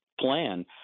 Plan